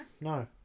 No